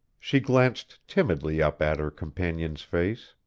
she glanced timidly up at her companion's face.